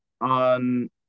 on